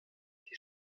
die